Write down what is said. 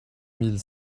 mille